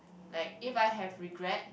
like if I have regret